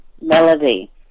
melody